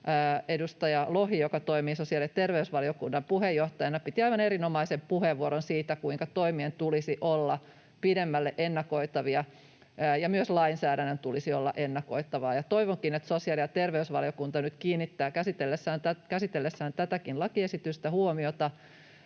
edustaja Lohi, joka toimii sosiaali‑ ja terveysvaliokunnan puheenjohtajana, piti aivan erinomaisen puheenvuoron siitä, kuinka toimien tulisi olla pidemmälle ennakoitavia ja myös lainsäädännön tulisi olla ennakoitavaa. Toivonkin, että sosiaali‑ ja terveysvaliokunta nyt kiinnittää käsitellessään tätäkin lakiesitystä huomiota